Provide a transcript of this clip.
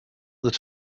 that